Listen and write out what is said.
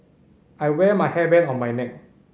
I wear my hairband on my neck